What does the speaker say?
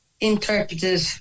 interpreted